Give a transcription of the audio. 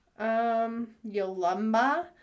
Yolumba